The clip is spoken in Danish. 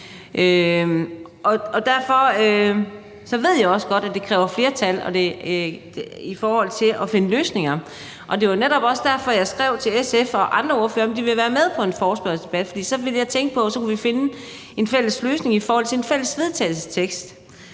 i. Derfor ved jeg også godt, at det kræver flertal i forhold til at finde løsninger, og det var netop også derfor, jeg skrev til SF's ordfører og andre ordførere, om de ville være med til en forespørgselsdebat. For så tænkte jeg, vi kunne finde en fælles løsning i forhold til en fælles vedtagelsestekst.